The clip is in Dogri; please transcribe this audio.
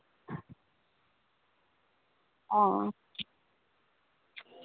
आं